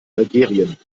algerien